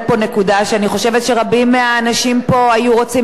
שאני חושבת שרבים מהאנשים פה היו רוצים לשאול אותה: